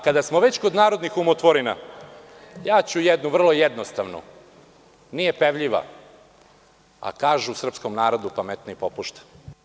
Kada smo već kod narodnih umotvorina, ja ću jednu vrlo jednostavnu, nije pevljiva, a kažu u srpskom narodu „pametniji popušta“